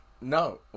no